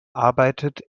arbeitet